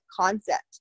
concept